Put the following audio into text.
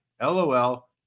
LOL